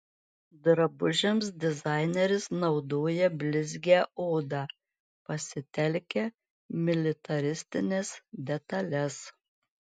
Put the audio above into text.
drabužiams dizaineris naudoja blizgią odą pasitelkia militaristines detales